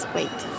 Wait